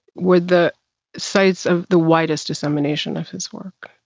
were the sites of the widest dissemination of his work.